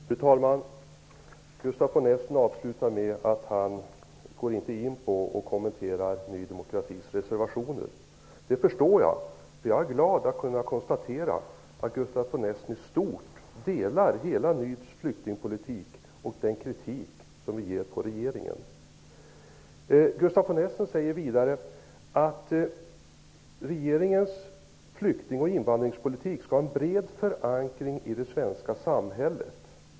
Fru talman! Gustaf von Essen avslutar med att säga att han inte går in och kommenterar Ny demokratis reservationer. Det förstår jag. Jag är glad att kunna konstatera att Gustaf von Essen i stort delar hela Ny demokratis flyktingpolitik och den kritik som vi ger regeringen. Gustaf von Essen säger vidare att regeringens flykting och invandrarpolitik skall ha en bred förankring i det svenska samhället.